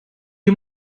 you